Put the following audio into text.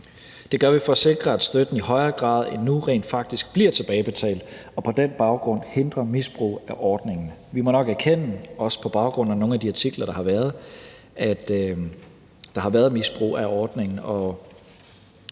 Det gør vi for at sikre, at støtten i højere grad end nu rent faktisk bliver tilbagebetalt og på den baggrund hindrer misbrug af ordningen. Vi må nok erkende, også på baggrund af nogle af de artikler, der har været, at der har været misbrug af ordningen,